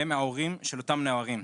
והם ההורים של אותם נערים.